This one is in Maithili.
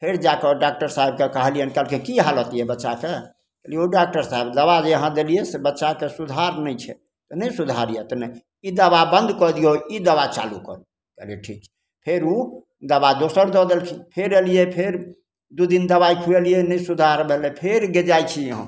फेर जाकऽ डॉकटर साहेबके कहलिअनि कहलकै कि हालत यऽ बच्चाके यौ डॉकटर साहेब दवा जे अहाँ देलिए ने से बच्चाके सुधार नहि छै नहि सुधार यऽ तऽ नहि ई दवा बन्द कऽ दिअ ई दवा चालू करू कहलिए ठीक छै फेर ओ दवा दोसर दऽ देलखिन फेर अएलिए फेर दुइ दिन दवाइ खुएलिए नहि सुधार भेलै फेर गेल जाइ छी हम